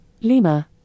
Lima